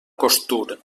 costur